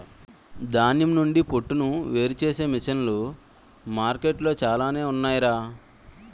ధాన్యం నుండి పొట్టును వేరుచేసే మిసన్లు మార్కెట్లో చాలానే ఉన్నాయ్ రా